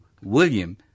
William